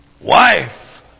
wife